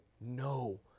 No